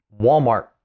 Walmart